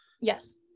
Yes